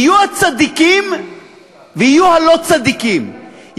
יהיו הצדיקים ויהיו הלא-צדיקים,